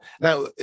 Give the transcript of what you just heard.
Now